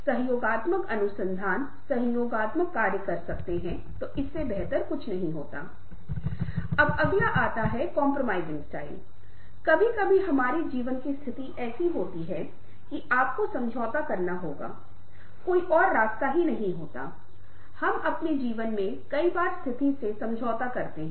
project प्रबंधन के link को कुछ तरीकों से प्राप्त करें लेकिन फिर भी हमें लगता है कि शायद कुछ ऐसा है जिसे अलग अलग विशिष्ट पाठ्यक्रम या कम से कम एक कोर्स के उप सेट के रूप में राजी करना है